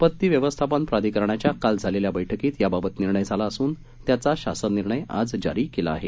आपत्ती व्यवस्थापन प्रधिकरणाच्या काल झालेल्या बैठकीत याबाबत निर्णय झाला असून त्याचा शासन निर्णय आज जारी केला आहे